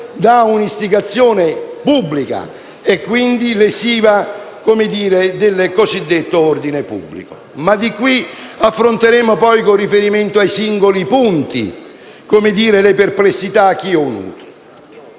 da un'istigazione pubblica e, quindi, lesiva del cosiddetto ordine pubblico. Ma sotto questo profilo affronteremo, poi, con riferimento ai singoli punti le perplessità che io ho avuto.